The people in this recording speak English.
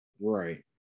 Right